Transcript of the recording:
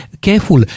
careful